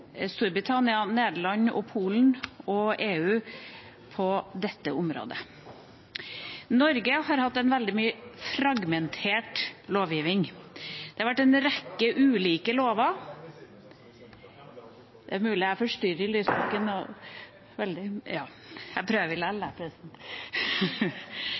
Storbritannia, Nederland, Polen og EU på dette området. Norge har hatt en veldig fragmentert lovgivning når det gjelder sanksjoner mot enkeltpersoner i andre land. Vi har hatt en rekke ulike lover.